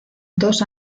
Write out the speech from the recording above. dos